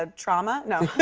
ah trauma. no.